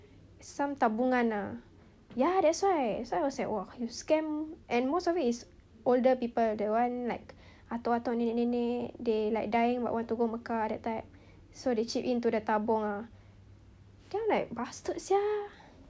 some tabungan ah ya that's why that's why I was like !wah! you scam and most of it is older people that one like atuk-atuk nenek-nenek they like dying but want to go to mekah that type so they chip in to the tabung ah then I'm like bastard sia